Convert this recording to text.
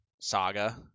saga